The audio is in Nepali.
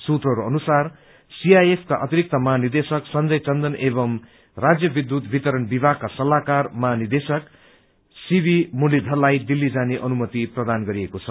सूत्रहरू अनुसार सीआइएफका अतिरिक्त महानिदेशक संजय चन्दन एवं राज्य विद्यूत वितरण विभागका सल्लाहकार महानिदेशक सीबी मुरलीघरलाई दिल्ली जाने अनुमति प्रदान गरिएको छ